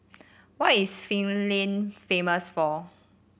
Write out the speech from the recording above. what is Finland famous for